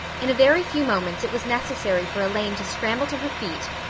in a very few moments it was necessary for elaine to scramble to her feet,